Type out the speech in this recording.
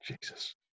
Jesus